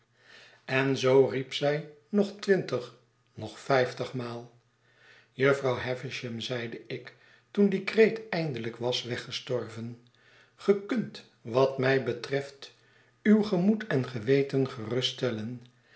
en zoo riep zij nog twintig nog vijftigmaal jufvrouw havisham zeide ik toeri die kreet eindelyk was weggestorven ge kunt wat mij betreft uw gemoed en geweten